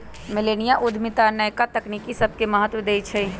मिलेनिया उद्यमिता नयका तकनी सभके महत्व देइ छइ